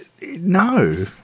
no